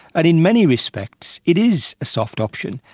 but in many respects it is a soft option,